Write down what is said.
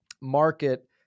market